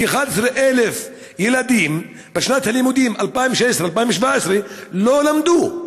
כ-11,000 ילדים בשנת הלימודים 2016 2017 לא למדו.